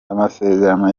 amasezerano